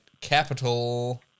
capital